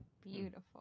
Beautiful